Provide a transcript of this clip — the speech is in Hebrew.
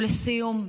ולסיום,